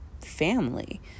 family